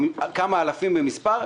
כמה אלפים במספר,